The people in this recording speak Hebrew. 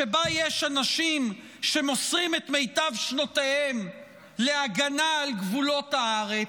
שבה יש אנשים שמוסרים את מיטב שנותיהם להגנה על גבולות הארץ.